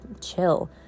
chill